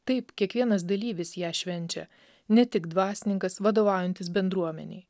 taip kiekvienas dalyvis ją švenčia ne tik dvasininkas vadovaujantis bendruomenei